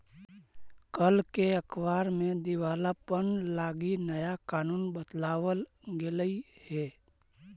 कल के अखबार में दिवालापन लागी नया कानून बताबल गेलई हे